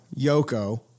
Yoko